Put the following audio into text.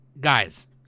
guys